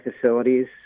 facilities